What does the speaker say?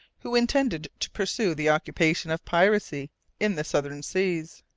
who intended to pursue the occupation of piracy in the southern seas.